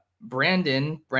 Brandon